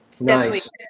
Nice